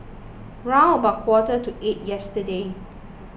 round about quarter to eight yesterday